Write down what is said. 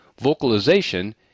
vocalization